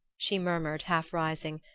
she murmured, half-rising.